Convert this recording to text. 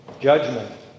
Judgment